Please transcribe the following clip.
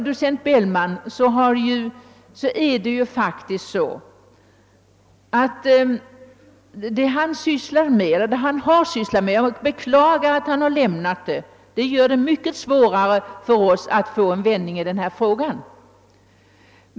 Det är beklagligt att docent Bellman måst sluta med denna verksamhet. Det gör det mycket svårare för oss att få en vändning i denna fråga.